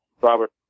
Robert